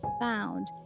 found